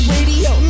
Radio